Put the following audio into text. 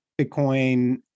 Bitcoin